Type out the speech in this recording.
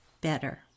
better